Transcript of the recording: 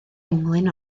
englyn